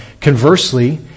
Conversely